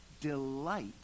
delight